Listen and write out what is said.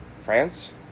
France